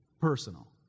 personal